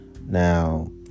Now